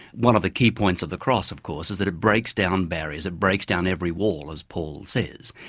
one of the key points of the cross of course is that it breaks down barriers. it breaks down every wall as paul says.